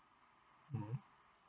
mm